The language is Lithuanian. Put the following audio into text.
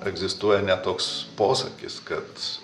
egzistuoja net toks posakis kad